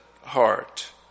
heart